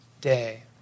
day